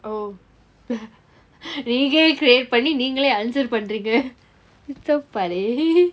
oh நீங்களே :nengaley create பண்ணி நீங்களே :panni nengaley answer பண்றீங்க :panringa it's so funny